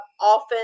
often